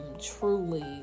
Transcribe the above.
truly